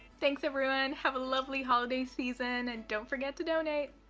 thanks everyone, have a lovely holiday season, and don't forget to donate!